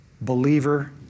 believer